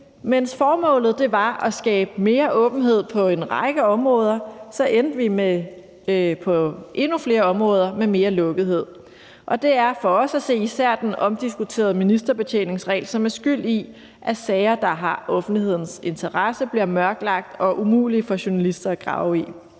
mens formålet var at skabe mere åbenhed på en række områder, endte vi på endnu flere områder med mere lukkethed. Og det er for os at se især den omdiskuterede ministerbetjeningsregel, som er skyld i, at sager, der har offentlighedens interesse, bliver mørklagt og umulige for journalister at grave i.